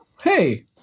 hey